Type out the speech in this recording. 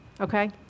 Okay